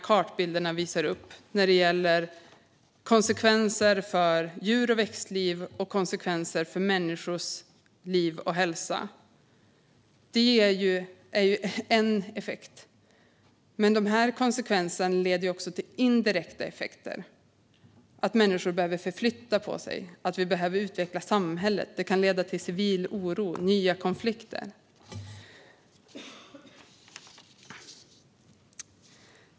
Kartbilderna visar effekterna och konsekvenserna för djur, växtliv och människors liv och hälsa, men konsekvenserna leder också till indirekta effekter, att människor behöver förflytta sig och att vi behöver utveckla samhället. Det kan leda till civil oro och nya konflikter.